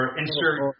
insert